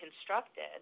constructed